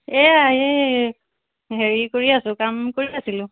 এইয়া এই হেৰি কৰি আছো কাম কৰি আছিলোঁ